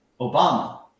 Obama